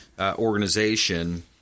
organization